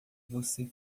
você